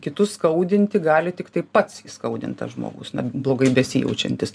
kitus skaudinti gali tiktai pats įskaudintas žmogus blogai besijaučiantis